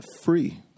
free